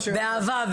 הבאה.